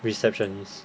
receptionist